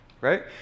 right